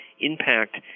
impact